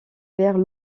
vers